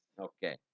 Okay